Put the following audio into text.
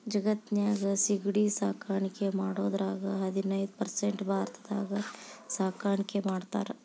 ಜಗತ್ತಿನ್ಯಾಗ ಸಿಗಡಿ ಸಾಕಾಣಿಕೆ ಮಾಡೋದ್ರಾಗ ಹದಿನೈದ್ ಪರ್ಸೆಂಟ್ ಭಾರತದಾಗ ಸಾಕಾಣಿಕೆ ಮಾಡ್ತಾರ